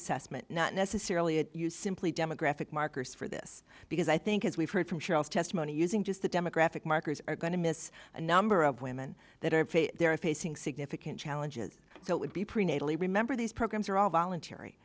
assessment not necessarily of you simply demographic markers for this because i think as we've heard from shelf testimony using just the demographic markers are going to miss a number of women that are there are facing significant challenges that would be prenatally remember these programs are all voluntary